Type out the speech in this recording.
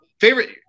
Favorite